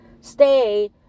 stay